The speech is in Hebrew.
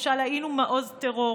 משל היינו מעוז טרור.